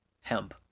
hemp